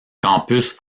campus